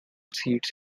seats